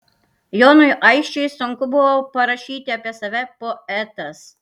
jonui aisčiui sunku buvo parašyti apie save poetas